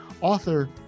author